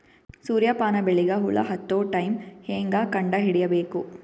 ಸೂರ್ಯ ಪಾನ ಬೆಳಿಗ ಹುಳ ಹತ್ತೊ ಟೈಮ ಹೇಂಗ ಕಂಡ ಹಿಡಿಯಬೇಕು?